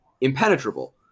impenetrable